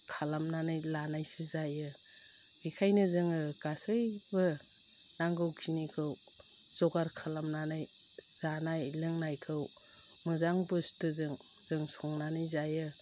खालामनानै लानायसो जायो बेखायनो जोङो गासैबो नांगौ खिनिखौ जगार खालामनानै जानाय लोंनायखौ मोजां बुस्थुजों जों संनानै जायो